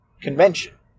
convention